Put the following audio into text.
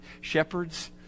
shepherds